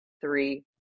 three